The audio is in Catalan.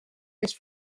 les